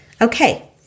Okay